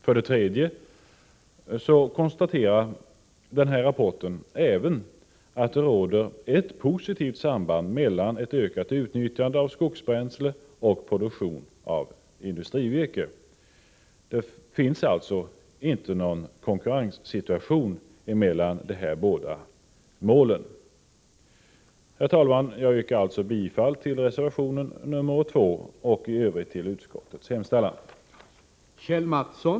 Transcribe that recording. För det tredje konstaterar man i denna rapport även att det råder ett positivt samband mellan ett ökat utnyttjande av skogsbränsle och produktion av industrivirke. Det finns alltså inte någon konkurrenssituation här. Herr talman! Jag yrkar bifall till reservation 2 och i övrigt till utskottets hemställan.